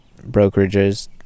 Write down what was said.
brokerages